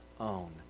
own